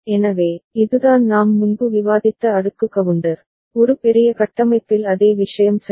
எனவே இதுதான் நாம் முன்பு விவாதித்த அடுக்கு கவுண்டர் ஒரு பெரிய கட்டமைப்பில் அதே விஷயம் சரி